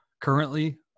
currently